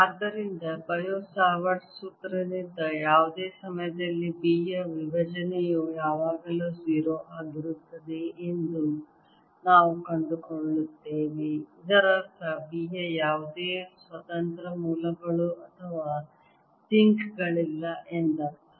ಆದ್ದರಿಂದ Biot Savart ಸೂತ್ರದಿಂದ ಯಾವುದೇ ಸಮಯದಲ್ಲಿ B ಯ ವಿಭಜನೆಯು ಯಾವಾಗಲೂ 0 ಆಗಿರುತ್ತದೆ ಎಂದು ನಾವು ಕಂಡುಕೊಳ್ಳುತ್ತೇವೆ ಇದರರ್ಥ B ಯ ಯಾವುದೇ ಸ್ವತಂತ್ರ ಮೂಲಗಳು ಅಥವಾ ಸಿಂಕ್ ಗಳಿಲ್ಲ ಎಂದರ್ಥ